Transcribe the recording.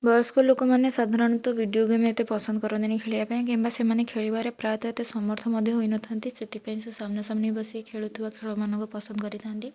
ବୟସ୍କ ଲୋକମାନେ ସାଧାରଣତଃ ଭିଡ଼ିଓ ଗେମ ଏତେ ପସନ୍ଦ କରନ୍ତିନି ଖେଳିବା ପାଇଁ କିମ୍ବା ସେମାନେ ଖେଳିବାରେ ପ୍ରାୟତଃ ଏତେ ସମର୍ଥ ମଧ୍ୟ ହୋଇନଥାନ୍ତି ସେଥିପାଇଁ ସେ ସାମ୍ନାସାମ୍ନି ବସି ଖେଳୁଥିବା ଖେଳମାନଙ୍କୁ ପସନ୍ଦ କରିଥାନ୍ତି